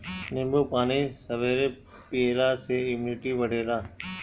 नींबू पानी सबेरे पियला से इमुनिटी बढ़ेला